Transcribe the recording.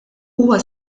huwa